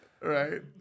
Right